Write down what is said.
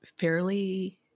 fairly